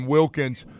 Wilkins